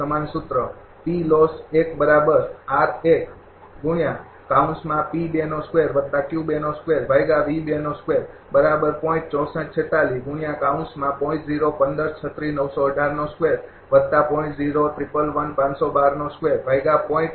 સમાન સૂત્ર એ જ રીતે